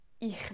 Ich